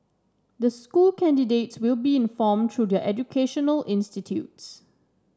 the school candidates will be informed through their educational institutes